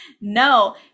No